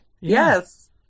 Yes